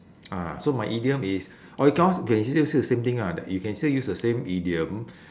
ah so my idiom is !oi! cause can still use the same thing lah that you can still use the same idiom